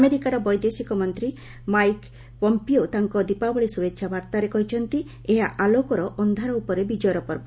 America ବୈଦେଶିକ ମନ୍ତ୍ରୀ Mike Pompeo ତାଙ୍କ ଦୀପାବଳି ଶୁଭେଚ୍ଛା ବାର୍ତ୍ତାରେ କହିଛନ୍ତି ଏହା ଆଲୋକର ଅନ୍ଧାର ଉପରେ ବିଜୟର ପର୍ବ